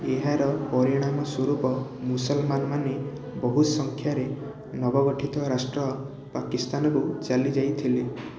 ଏହାର ପରିଣାମ ସ୍ୱରୂପ ମୁସଲମାନ ମାନେ ବହୁ ସଂଖ୍ୟାରେ ନବ ଗଠିତ ରାଷ୍ଟ୍ର ପାକିସ୍ତାନକୁ ଚାଲିଯାଇଥିଲେ